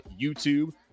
YouTube